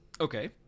Okay